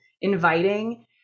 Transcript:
inviting